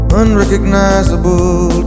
unrecognizable